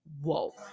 whoa